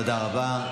תודה רבה.